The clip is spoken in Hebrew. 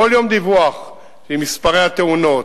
כל יום דיווח עם מספרי התאונות,